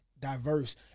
Diverse